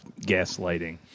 gaslighting